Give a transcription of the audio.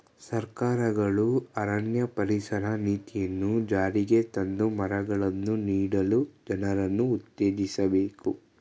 ಸರ್ಕಾರಗಳು ಅರಣ್ಯ ಪರಿಸರ ನೀತಿಯನ್ನು ಜಾರಿಗೆ ತಂದು ಮರಗಳನ್ನು ನೀಡಲು ಜನರನ್ನು ಉತ್ತೇಜಿಸಬೇಕು